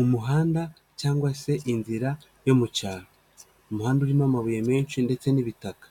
Umuhanda cyangwa se inzira yo mu cyaro. Umuhanda urimo amabuye menshi ndetse n'ibitaka,